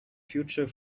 future